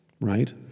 right